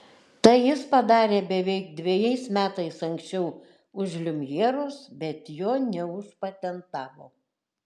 tai jis padarė beveik dvejais metais anksčiau už liumjerus bet jo neužpatentavo